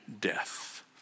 death